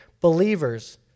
believers